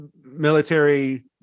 military